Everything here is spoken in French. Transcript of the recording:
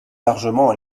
largement